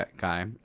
guy